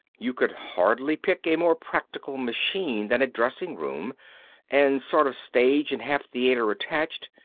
you could hardly pick a more practical machine than a dressing room and sort of stage and half-theater attached,